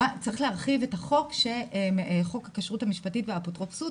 צריך להרחיב את חוק הכשרות המשפטית והאפוטרופסות